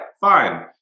fine